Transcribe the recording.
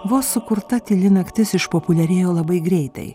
vos sukurta tyli naktis išpopuliarėjo labai greitai